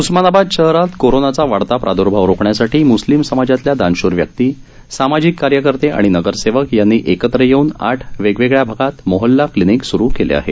उस्मानाबाद शहरात कोरोनाचा वाढता प्रादुर्भाव रोखण्यासाठी मुस्लिम समाजातल्या दानशूर व्यक्ती सामाजिक कार्यकर्ते आणि नगरसेवक यांनी एकत्र येऊन आठ वेगवेगळ्या भागात मोहल्ला क्लीनिक सुरू केले आहेत